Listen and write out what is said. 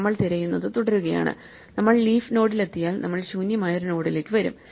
നമ്മൾ തിരയുന്നത് തുടരുകയാണ് നമ്മൾ ലീഫ് നോഡിലെത്തിയാൽ നമ്മൾ ശൂന്യമായ ഒരു നോഡിലേക്ക് വരും